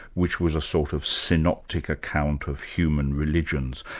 which was a sort of synoptic account of human religions.